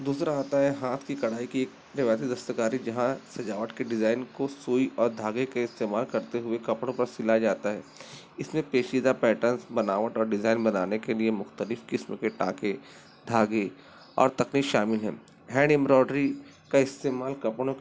دوسرا آتا ہے ہاتھ کی کڑھائی کی ایک روایتی دستکاری جہاں سجاوٹ کے ڈیزائن کو سوئی اور دھاگے کے استعمال کرتے ہوئے کپڑوں پر سلا جاتا ہے اس میں پیچیدہ پیٹرنس بناوٹ اور ڈیزائن بنانے کے لیے مختلف قسم کے ٹانکے دھاگے اور تکنیک شامل ہیں ہینڈ امبروڈری کا استعمال کپڑوں